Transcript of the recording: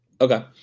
Okay